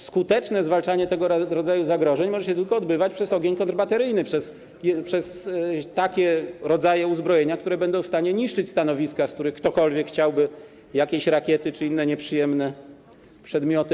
Skuteczne zwalczanie tego rodzaju zagrożeń może się tylko odbywać przez ogień kontrbateryjny, przez takie rodzaje uzbrojenia, które będą w stanie niszczyć stanowiska, z których ktokolwiek chciałby na Polskę odpalać rakiety lub inne nieprzyjemne przedmioty.